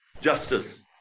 justice